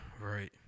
right